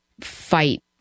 fight